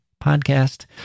podcast